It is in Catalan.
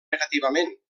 negativament